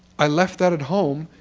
i left that at home.